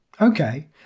Okay